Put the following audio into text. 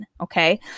Okay